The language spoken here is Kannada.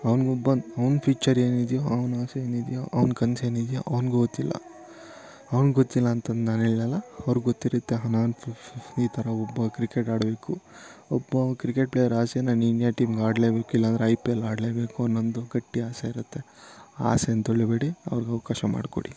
ಅವ್ನಿಗೆ ಒಬ್ಬನ್ನ ಅವ್ನ ಫ್ಯೂಚರ್ ಏನಿದೆಯೋ ಅವ್ನ ಆಸೆ ಏನಿದೆಯೋ ಅವ್ನ ಕನಸೇನಿದ್ಯೋ ಅವನಿಗೂ ಗೊತ್ತಿಲ್ಲ ಅವ್ನಿಗೆ ಗೊತ್ತಿಲ್ಲ ಅಂತಂದು ನಾನು ಹೇಳಲ್ಲ ಅವ್ರಿಗೆ ಗೊತ್ತಿರುತ್ತೆ ನಾನು ಫ್ ಫ್ ಈ ಥರ ಒಬ್ಬ ಕ್ರಿಕೆಟ್ ಆಡಬೇಕು ಒಬ್ಬ ಕ್ರಿಕೆಟ್ ಪ್ಲೇಯರ್ ಆಸೆನ ನೀನು ಇಂಡಿಯಾ ಟೀಮ್ಗೆ ಆಡಲೇಬೇಕು ಇಲ್ಲ ಅಂದರೆ ಐ ಪಿ ಎಲ್ ಆಡಲೇಬೇಕು ಅನ್ನೋ ಒಂದು ಗಟ್ಟಿ ಆಸೆ ಇರುತ್ತೆ ಆ ಆಸೇನ ತುಳಿಬೇಡಿ ಅವ್ರಿಗೆ ಅವಕಾಶ ಮಾಡಿಕೊಡಿ